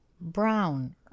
brown